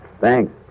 Thanks